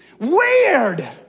weird